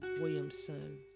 Williamson